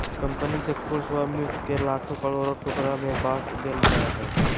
company के कुल स्वामित्व के लाखों करोड़ों टुकड़ा में बाँट देल जाय हइ